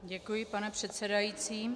Děkuji pane předsedající.